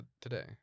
today